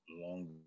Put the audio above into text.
Long